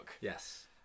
Yes